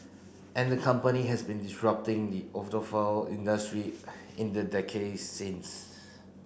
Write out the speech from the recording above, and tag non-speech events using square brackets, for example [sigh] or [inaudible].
and the company has been disrupting the [unintelligible] industry in the decade since